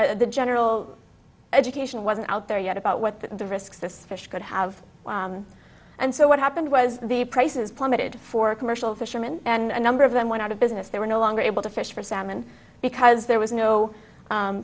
concerns the general education wasn't out there yet about what the risks this fish could have and so what happened was the prices plummeted for commercial fisherman and a number of them went out of business they were no longer able to fish for salmon because there was no